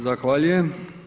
Zahvaljujem.